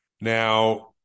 Now